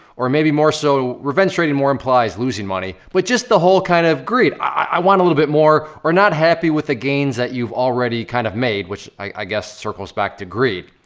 or maybe more so, revenge trading more implies losing money, but just the whole kind of greed. i want a little bit more, or not happy with the gains that you've already kind of made, which i guess, circles back to greed.